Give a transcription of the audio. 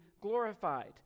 glorified